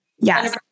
Yes